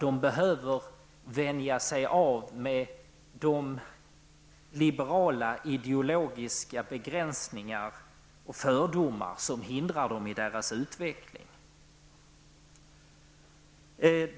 De behöver vänja sig av med de liberala ideologiska begränsningar och fördomar som hindrar dem i deras utveckling.